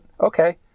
okay